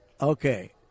okay